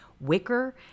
Wicker